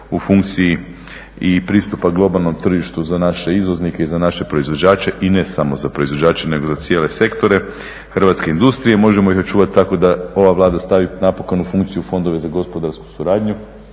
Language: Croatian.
u funkciji i pristupa globalnom tržištu za naše izvoznike i za naše proizvođače i ne samo za proizvođače nego za cijele sektore hrvatske industrije. Možemo ih očuvati tako da ova Vlada stavi napokon u funkciju fondove za gospodarsku suradnju